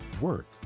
work